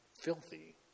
filthy